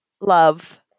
love